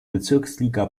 bezirksliga